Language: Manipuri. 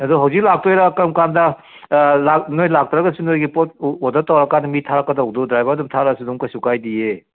ꯑꯗꯣ ꯍꯧꯖꯤꯛ ꯂꯥꯛꯇꯣꯏꯔꯥ ꯀꯔꯝꯀꯥꯟꯗ ꯅꯣꯏ ꯂꯥꯛꯇ꯭ꯔꯒꯁꯨ ꯅꯣꯏꯒꯤ ꯄꯣꯠ ꯑꯣꯔꯗꯔ ꯇꯧꯔꯀꯥꯟꯗ ꯃꯤ ꯊꯥꯔꯛꯀꯗꯧꯗꯨ ꯗ꯭ꯔꯥꯏꯚꯔ ꯑꯗꯨꯝ ꯊꯥꯔꯛꯑꯁꯨ ꯑꯗꯨꯝ ꯀꯩꯁꯨ ꯀꯥꯏꯗꯦꯌꯦ